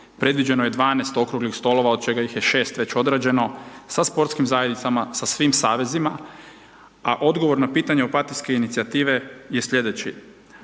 predviđeno je 12 okruglih stolova, od čega ih je 6 već odrađeno sa sportskim zajednicama sa svim savezima, a odgovor na pitanje opatijske inicijative je sljedeći,